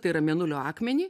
tai yra mėnulio akmenį